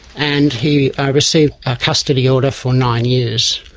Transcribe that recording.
and he ah received a custody order for nine years.